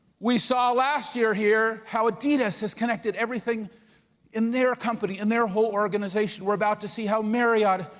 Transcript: we saw last year here how adidas has connected everything in their company, in their whole organization. we're about to see how marriott,